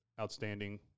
outstanding